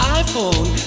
iPhone